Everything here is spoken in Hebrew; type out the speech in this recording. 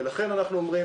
ולכן אנחנו אומרים,